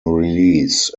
release